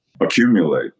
accumulate